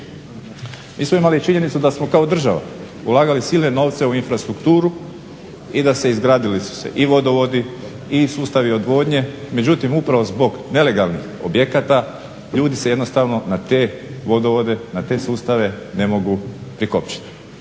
Mi smo imali činjenicu da smo kao država ulagali silne novce u infrastrukturu i da su se izgradili i vodovodi i sustavi odvodnje, međutim upravo zbog nelegalnih objekata ljudi se jednostavno na te vodovode, na te sustave ne mogu prikopčati.